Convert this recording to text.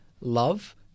love